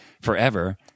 forever